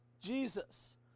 Jesus